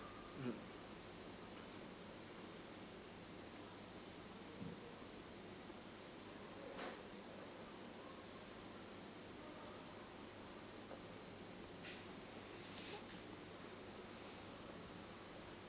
mm